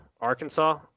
Arkansas